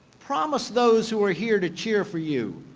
promise those who are here to cheer for you,